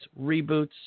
reboots